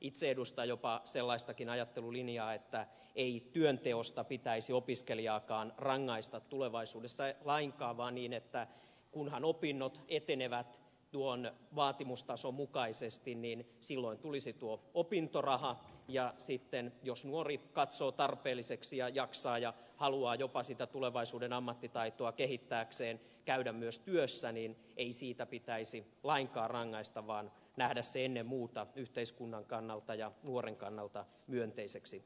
itse edustan jopa sellaistakin ajattelulinjaa että ei työnteosta pitäisi opiskelijaakaan rangaista tulevaisuudessa lainkaan vaan kunhan opinnot etenevät tuon vaatimustason mukaisesti silloin tulisi tuo opintoraha ja sitten jos nuori katsoo tarpeelliseksi ja jaksaa ja haluaa jopa sitä tulevaisuuden ammattitaitoa kehittääkseen käydä myös työssä niin ei siitä pitäisi lainkaan rangaista vaan nähdä se ennen muuta yhteiskunnan kannalta ja nuoren kannalta myönteiseksi asiaksi